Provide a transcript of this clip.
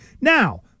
Now